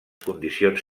condicions